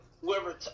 whoever